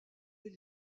des